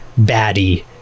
baddie